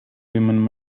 women